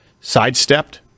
sidestepped